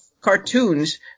cartoons